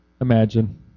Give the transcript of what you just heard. Imagine